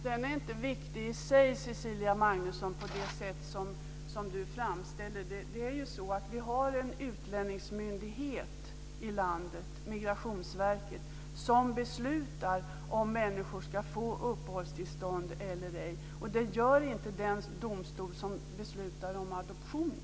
Herr talman! Den är inte viktig i sig, inte på det sätt som Cecilia Magnusson framställer det. Vi har en utlänningsmyndighet i landet, Migrationsverket, som beslutar om människor ska få uppehållstillstånd eller ej. Det gör inte den domstol som beslutar om adoptionen.